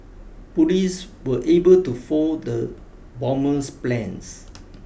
police were able to foil the bomber's plans